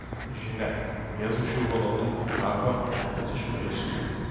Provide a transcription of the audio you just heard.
žinia jėzui šių valandų pakako keltis iš mirusiųjų